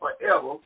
forever